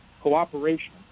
cooperation